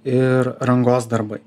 ir rangos darbai